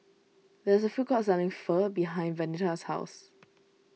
there is a food court selling Pho behind Venita's house